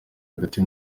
agati